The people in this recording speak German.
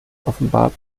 offenbar